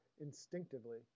instinctively